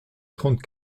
trente